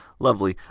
lovely.